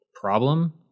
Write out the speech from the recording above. problem